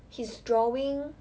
his drawing